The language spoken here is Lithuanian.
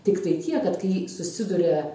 tiktai tiek kad kai susiduria